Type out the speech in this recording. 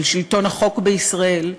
על שלטון החוק בישראל,